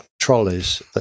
trolleys